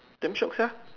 damn shock sia